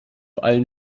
allen